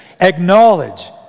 acknowledge